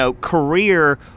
career